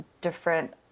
different